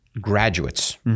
graduates